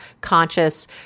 conscious